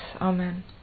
Amen